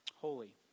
holy